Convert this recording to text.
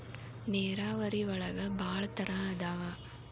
ನೇರಾವರಿ ಒಳಗ ಭಾಳ ತರಾ ಅದಾವ